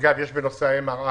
אגב, בנושא ה-MRI